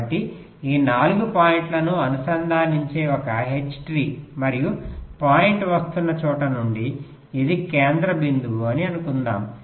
కాబట్టి ఈ 4 పాయింట్లను అనుసంధానించే ఒక హెచ్ చెట్టు మరియు పాయింట్ వస్తున్న చోట నుండి ఇది కేంద్ర బిందువు అని అనుకుందాం